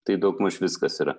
tai daugmaž viskas yra